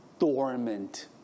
dormant